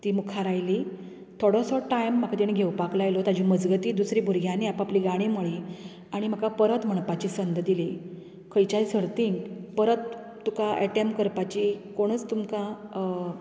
ती मुखार आयली थोडोसो टायम म्हाका तिणें घेवपाक लायलो ताजे मजगती दुसरे भुरग्यांनी आपली गाणीं म्हणलीं आनी म्हाका परत म्हणपाची संद दिली खंयच्याय सर्तींत परत तुका एटेम करपाची कोणूच तुमकां